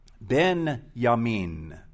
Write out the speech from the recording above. Ben-Yamin